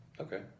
Okay